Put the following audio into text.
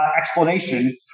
explanation